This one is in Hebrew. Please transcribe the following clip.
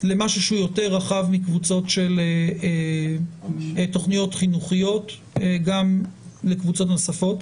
למשהו שהוא יותר רחב מקבוצות של תכניות חינוכיות גם לקבוצות נוספות.